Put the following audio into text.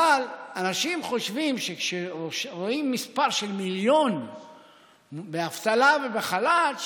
אבל אנשים חושבים שכשרואים מספר של מיליון באבטלה ובחל"ת,